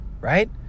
right